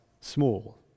small